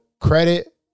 credit